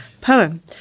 poem